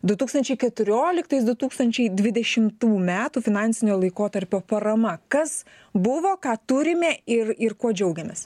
du tūkstančiai keturioliktais du tūkstančiai dvidešimtų metų finansinio laikotarpio parama kas buvo ką turime ir ir kuo džiaugiamės